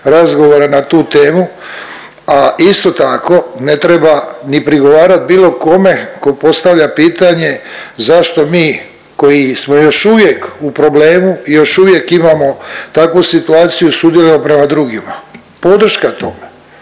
razgovora na tu temu, a isto tako ne treba ni prigovarat bilo kome ko postavlja pitanje zašto mi koji smo još uvijek u problemu i još uvijek imamo takvu situaciju sudjelujemo prema drugima. Podrška tome,